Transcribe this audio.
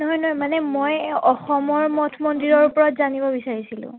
নহয় নহয় মানে মই এই অসমৰ মঠ মন্দিৰৰ ওপৰত জানিব বিচাৰিছিলোঁ